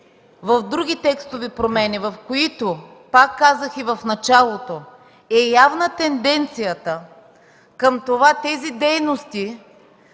в други текстове, в които, казах и в началото, е явна тенденцията тези дейности